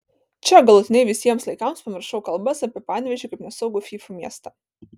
čia galutinai visiems laikams pamiršau kalbas apie panevėžį kaip nesaugų fyfų miestą